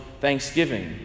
thanksgiving